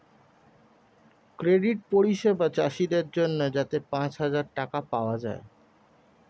credit পরিষেবা চাষীদের জন্যে যাতে পাঁচ হাজার টাকা পাওয়া যায়